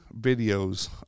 videos